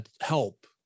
help